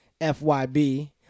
FYB